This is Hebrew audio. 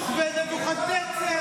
לכו להורדוס ולנבוכדנצר,